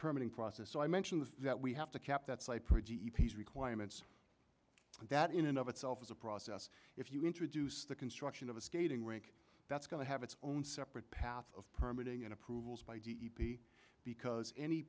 permanent process so i mentioned that we have to cap that cypress requirements and that in and of itself is a process if you introduce the construction of a skating rink that's going to have its own separate path of permit ing and approvals by g e p because any